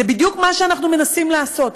זה בדיוק מה שאנחנו מנסים לעשות,